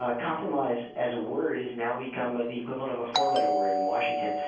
ah compromise as a word has now become the equivalent of a four-letter word in washington.